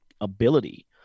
ability